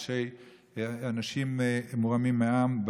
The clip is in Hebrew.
אנשים מורמים מעם,